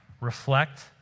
reflect